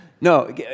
No